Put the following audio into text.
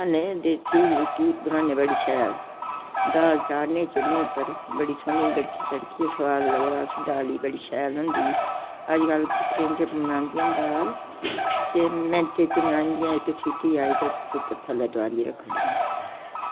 देसी कि बनाने बड़ी शैल दाल चाढ़नी चुल्ली उप्पर बड़ी सोह्नी गड़की गड़कियै सोआद लगदा उस्सी दाली बड़ी शैल होंदी अजकल्ल कुकरै च बनांदियां दाल ते मैंटें च बनांदे इक् सीटी आई ते कुकर थल्लै तोआरियै रक्खी ओड़दियां